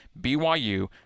BYU